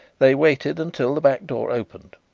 they waited until the back door opened,